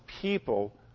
people